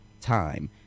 time